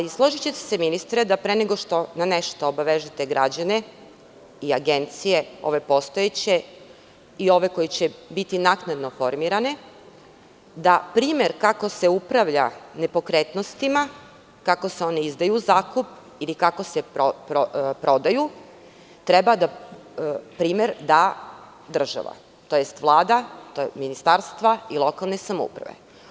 Složićete se, ministre, pre nego što na nešto obavežete građane i postojeće agencije, kao i ove koje će biti naknadno formirane, primer kako se upravlja nepokretnostima, kako se oni izdaju u zakup ili kako se prodaju treba da da država, tj. Vlada, ministarstva i lokalne samouprave.